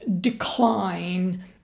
decline